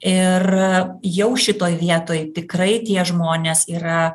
ir jau šitoj vietoj tikrai tie žmonės yra